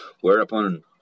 Whereupon